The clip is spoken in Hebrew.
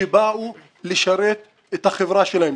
שבאו לשרת את החברה שלהם.